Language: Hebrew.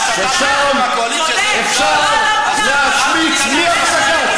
ושם אפשר להשמיץ בלי הפסקה.